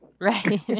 Right